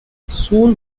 soon